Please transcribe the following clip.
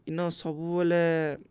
ଇିନ ସବୁବେଲେ